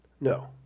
No